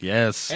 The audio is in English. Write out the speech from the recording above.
Yes